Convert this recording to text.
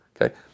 Okay